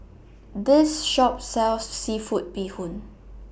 This Shop sells Seafood Bee Hoon